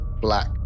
black